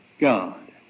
God